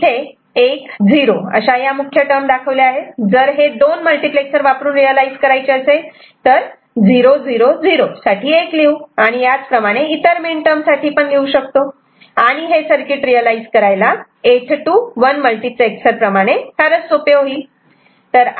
तर इथे 1 0 अशा या मुख्य टर्म दाखवल्या आहेत जर हे 2 मल्टिप्लेक्सर वापरून रियलायझ करायचे असेल तर 000 साठी 1 लिहू आणि याच प्रमाणे इतर मीन टर्म साठी लिहू शकतो आणि हे सर्किट रियलायझ करायला 8 to 1 मल्टिप्लेक्सर प्रमाणे फारच सोपे होईल